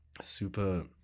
Super